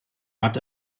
matt